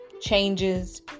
changes